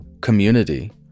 community